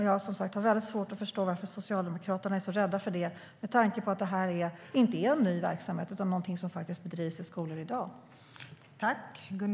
Jag har som sagt svårt att förstå varför Socialdemokraterna är rädda för det, med tanke på att det inte är någon ny verksamhet utan något som bedrivs i skolor i dag.